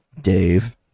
Dave